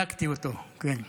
הדלקת אותי, הדלקתי אותו, כן.